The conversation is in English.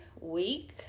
week